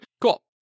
Cool